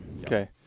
Okay